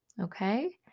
Okay